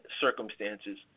circumstances